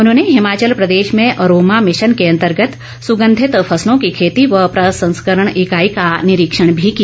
उन्होंने हिमाचल प्रदेश में aroma mission के अंतर्गत सुगंधित फसलों की खेती व प्रसंस्करण इकाई का निरीक्षण भी किया